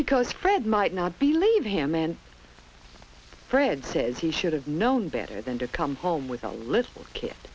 because fred might not believe him and fred says he should have known better than to come home with a little ki